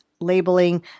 labeling